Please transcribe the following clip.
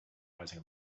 rising